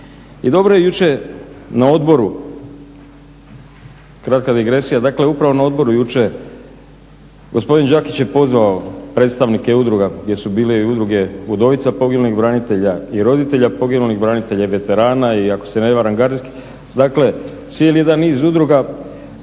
I dobro je jučer na odboru kratka digresija, dakle upravnom odboru jučer gospodin Đakić je pozvao predstavnike udruga gdje su bile i udruge udovica poginulih branitelja i roditelja poginulih branitelja i veterana i ako se ne varam gardijskih, dakle cijeli dan niz udruga